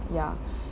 ya